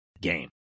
game